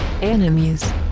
enemies